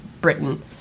Britain